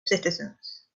citizens